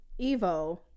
Evo